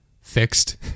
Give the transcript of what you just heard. fixed